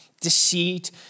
deceit